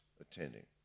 attending